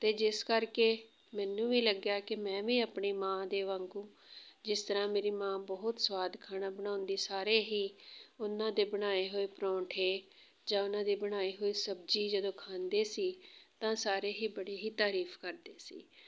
ਅਤੇ ਜਿਸ ਕਰਕੇ ਮੈਨੂੰ ਵੀ ਲੱਗਿਆ ਕਿ ਮੈਂ ਵੀ ਆਪਣੀ ਮਾਂ ਦੇ ਵਾਂਗੂੰ ਜਿਸ ਤਰ੍ਹਾਂ ਮੇਰੀ ਮਾਂ ਬਹੁਤ ਸਵਾਦ ਖਾਣਾ ਬਣਾਉਂਦੀ ਸਾਰੇ ਹੀ ਉਹਨਾਂ ਦੇ ਬਣਾਏ ਹੋਏ ਪਰੌਂਠੇ ਜਾਂ ਉਹਨਾਂ ਦੀ ਬਣਾਈ ਹੋਈ ਸਬਜ਼ੀ ਜਦੋਂ ਖਾਂਦੇ ਸੀ ਤਾਂ ਸਾਰੇ ਹੀ ਬੜੀ ਹੀ ਤਾਰੀਫ ਕਰਦੇ ਸੀ